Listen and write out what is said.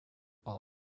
while